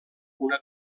una